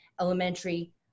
elementary